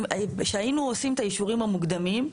כשהיינו עושים את האישורים המוקדמים,